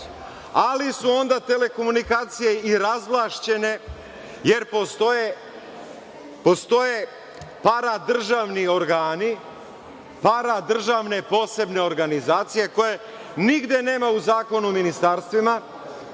Ali, onda su telekomunikacije i razvlašćene jer postoje paradržavni organi, paradržavne posebne organizacije koje nigde nema u Zakonu o ministarstvima,